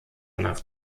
nach